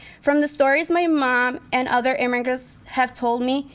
from the stories my mom and other immigrants have told me,